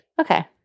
Okay